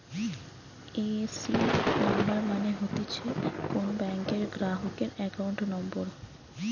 AC number মানে হতিছে কোন ব্যাংকের গ্রাহকের একাউন্ট নম্বর